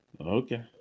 Okay